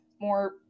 more